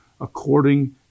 according